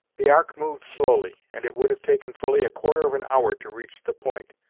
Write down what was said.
the ark moved slowly, and it would have taken fully a quarter of an hour to reach the point,